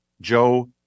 Joe